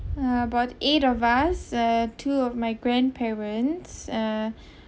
about eight of us uh two of my grandparents uh